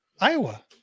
Iowa